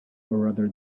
rather